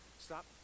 stop